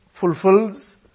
fulfills